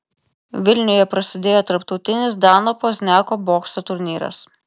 vilniuje prasidėjo tarptautinis dano pozniako bokso turnyras